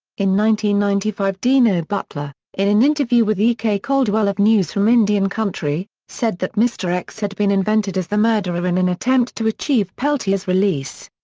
ninety ninety five dino butler, in an interview with e k. caldwell of news from indian country, said that mr x had been invented as the murderer in an attempt to achieve peltier's release.